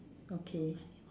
okay